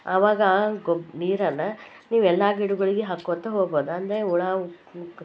ಅವಾಗ ಆ ಗೊಬ್ರ ನೀರನ್ನು ನೀವು ಎಲ್ಲ ಗಿಡಗಳಿಗೆ ಹಾಕ್ಕೋತ ಹೋಗ್ಬೋದು ಅಂದರೆ ಹುಳು ಉಪ್